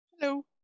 Hello